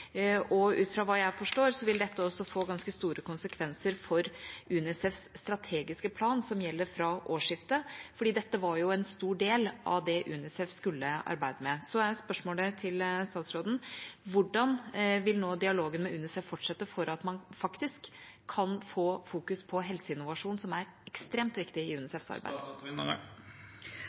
Ut fra hva jeg forstår, vil dette også få ganske store konsekvenser for UNICEFs strategiske plan som gjelder fra årsskiftet, for dette var jo en stor del av det UNICEF skulle arbeide med. Da er spørsmålet til statsråden: Hvordan vil nå dialogen med UNICEF fortsette, slik at man faktisk kan få fokusert på helseinnovasjon, som er ekstremt viktig i